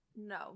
No